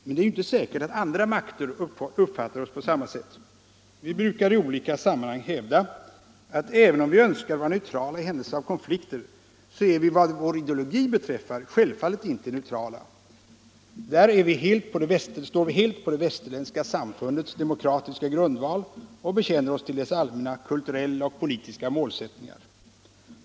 Men det är ju inte säkert att andra makter uppfattar oss på samma sätt. Vi brukar i olika sammanhang hävda att även om vi önskar vara neutrala i händelse av konflikter är vi vad vår ideologi beträffar självfallet inte neutrala. Där står vi helt på det västerländska samfundets demokratiska grundval och bekänner oss till dess allmänna kulturella och politiska målsättningar.